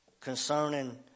concerning